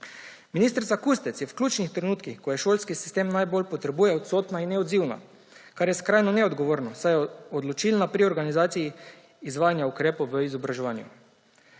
Ministrica Kustec je v ključnih trenutkih, ko jo šolski sistem najbolj potrebuje, odsotna in neodzivna, kar je skrajno neodgovorno, saj je odločilna pri organizaciji izvajanja ukrepov v izobraževanju.